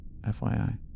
FYI